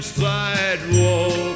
sidewalk